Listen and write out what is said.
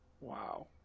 Wow